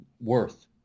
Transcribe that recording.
worth